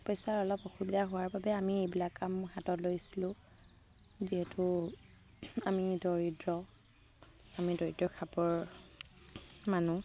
পইচাৰ অলপ অসুবিধা হোৱাৰ বাবে আমি এইবিলাক কাম হাতত লৈছিলোঁ যিহেতু আমি দৰিদ্ৰ আমি দৰিদ্ৰ খাপৰ মানুহ